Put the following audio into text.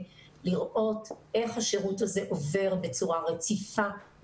לראות איך השירות הזה עובר בצורה רציפה,